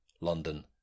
London